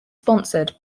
sponsored